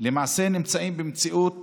נמצאים למעשה במציאות